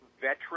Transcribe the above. veteran